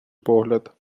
погляд